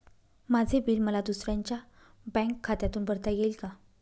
माझे बिल मला दुसऱ्यांच्या बँक खात्यातून भरता येईल का?